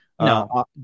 No